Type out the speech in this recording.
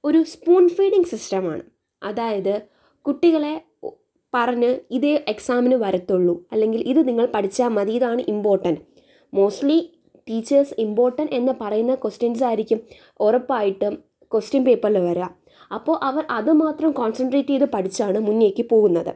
ഒരു spoon feeding system ആണ് അതായത് കുട്ടികളെ പറഞ്ഞു ഇതേ എക്സാമിന് വരത്തുള്ളൂ അല്ലെങ്കിൽ ഇത് നിങ്ങൾ പഠിച്ചാൽ മതി ഇതാണ് ഇംപോർട്ടന്റ് മോസ്ലി ടീച്ചര്സ് ഇംപോർട്ടന്റ് എന്ന് പറയുന്ന ക്വസ്റ്റ്യന്സ് ആയിരിക്കും ഉറപ്പായിട്ടും ക്വസ്റ്റ്യൻ പേപ്പറിൽ വരുക അപ്പോൾ അവർ അതുമാത്രം കോണ്സന്ട്രേറ്റ് ചെയ്തു പഠിച്ചാണ് മുന്നേക്ക് പോകുന്നത്